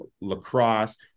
lacrosse